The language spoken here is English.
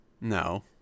No